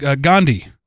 Gandhi